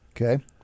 Okay